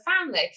family